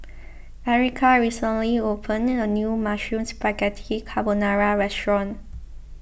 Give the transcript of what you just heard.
Erica recently opened a new Mushroom Spaghetti Carbonara restaurant